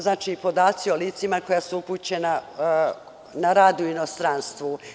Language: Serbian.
Znači, podaci o licima koja su upućena na rad u inostranstvu.